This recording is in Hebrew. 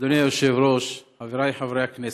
אדוני היושב-ראש, חבריי חברי הכנסת,